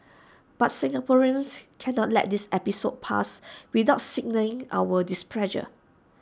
but Singaporeans cannot let this episode pass without signalling our displeasure